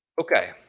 okay